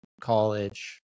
college